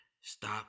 Stop